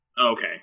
okay